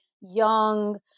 young